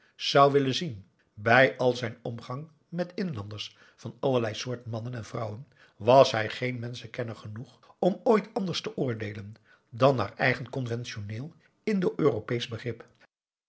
zou willen zien bij al zijn omgang met inlanders van allerlei soort mannen en vrouwen was hij geen menschenkenner genoeg om ooit anders te oordeelen dan naar eigen conventioneel indo europeesch begrip